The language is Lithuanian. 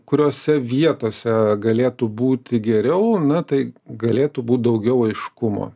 kuriose vietose galėtų būti geriau na tai galėtų būt daugiau aiškumo